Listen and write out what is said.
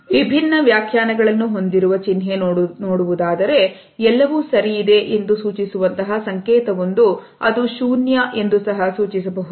ವಿಭಿನ್ನ ವ್ಯಾಖ್ಯಾನಗಳನ್ನು ಹೊಂದಿರುವ ಚಿನ್ಹೆ ನೋಡುವುದಾದರೆ ಎಲ್ಲವೂ ಸರಿ ಇದೆ ಎಂದು ಸೂಚಿಸುವಂತಹ ಸಂಕೇತವೊಂದು ಅದು ಶೂನ್ಯ ಎಂದು ಸಹ ಸೂಚಿಸಬಹುದು